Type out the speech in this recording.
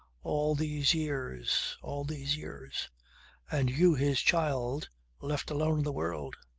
all these years, all these years and you his child left alone in the world.